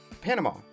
Panama